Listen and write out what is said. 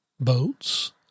boats –